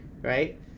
right